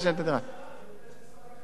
את הדירה,